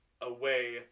away